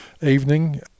evening